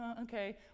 okay